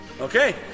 Okay